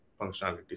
functionalities